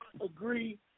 agree